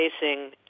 facing